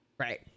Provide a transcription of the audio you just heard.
Right